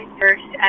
first